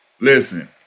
Listen